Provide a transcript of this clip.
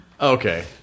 Okay